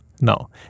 no